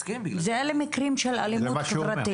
אלה מקרים של אלימות חברתית.